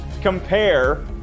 compare